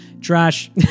trash